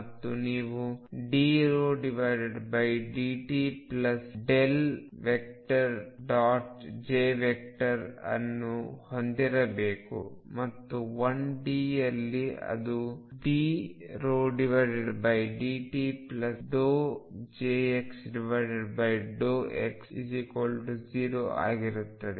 ಮತ್ತು ನೀವು dρdtj ಅನ್ನು ಹೊಂದಿರಬೇಕು ಮತ್ತು 1D ಯಲ್ಲಿ ಅದು dρdtjx∂x0 ಆಗಿರುತ್ತದೆ